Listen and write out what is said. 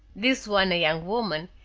this one a young woman,